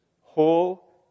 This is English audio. whole